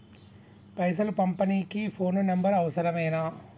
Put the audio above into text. పైసలు పంపనీకి phone number అవసరమేనా?